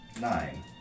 nine